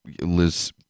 Liz